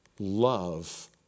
Love